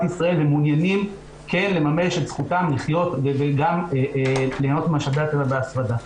ישראל ומעוניינים כן לממש את זכותם לחיות וגם ליהנות ממשאבי הטבע בהפרדה.